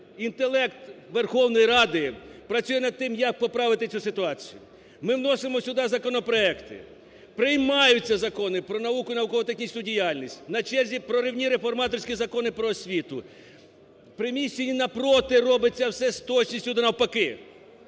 інтелект Верховної Ради працює над тим, як поправити цю ситуацію. Ми вносимо сюди законопроекти, приймаються закони про науку і науково-технічну діяльність, на черзі проривні реформаторські закони про освіту. В приміщенні навпроти робиться все з точністю до навпаки: